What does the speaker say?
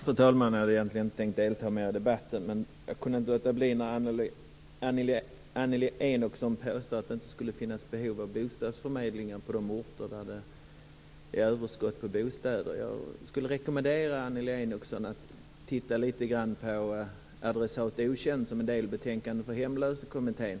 Fru talman! Jag hade inte tänkt delta mer i debatten, men jag kunde låta bli när Annelie Enochson påstod att det inte skulle finnas behov av bostadsförmedling på de orter där det är överskott på bostäder. Jag rekommenderar Annelie Enochson att titta lite på Adress okänd som är delbetänkande för hemlösekommittén.